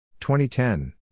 2010